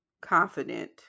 confident